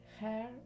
hair